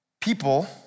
People